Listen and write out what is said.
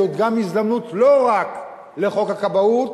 זו גם הזדמנות לא רק לחוק הכבאות,